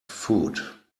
foot